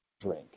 drink